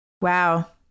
Wow